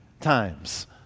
times